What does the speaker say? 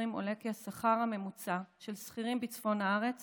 עולה כי השכר הממוצע של שכירים בצפון הארץ